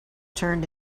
turned